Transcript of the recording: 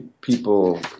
people